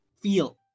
feel